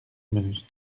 meuse